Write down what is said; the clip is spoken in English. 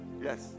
Yes